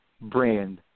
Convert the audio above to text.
brand